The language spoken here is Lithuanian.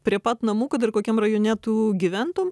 prie pat namų kad ir kokiam rajone tu gyventum